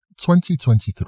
2023